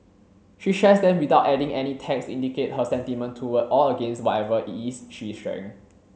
she shares them without adding any text to indicate her sentiment toward or against whatever it is she is sharing